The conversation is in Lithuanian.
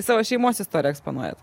savo šeimos istoriją eksponuojat